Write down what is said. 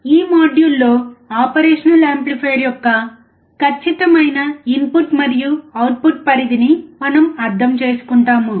ఈ మాడ్యూల్లో operational amplifier యొక్క ఖచ్చితమైన ఇన్పుట్ మరియు అవుట్పుట్ పరిధిని మనము అర్థం చేసుకుంటాము